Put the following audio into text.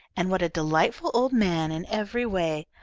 and what a delightful old man in every way!